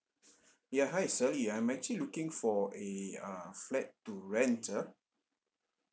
ya hi sally I'm actually looking for a err flat to rent ah